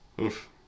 Oof